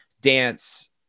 dance